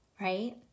right